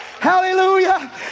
Hallelujah